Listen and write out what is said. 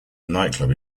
nightclub